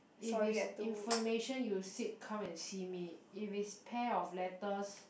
if it's information you sit come and see me if it's pair of letters